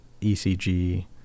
ECG